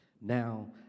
Now